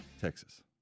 Texas